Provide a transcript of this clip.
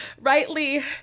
rightly